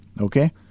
Okay